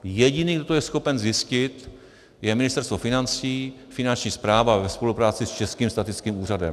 Jediný, kdo to je schopen zjistit, je Ministerstvo financí, Finanční správa ve spolupráci s Českým statistickým úřadem.